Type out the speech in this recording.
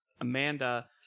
Amanda